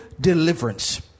deliverance